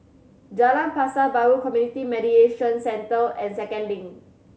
Jalan Pasar Baru Community Mediation Centre and Second Link